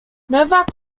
novak